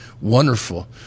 wonderful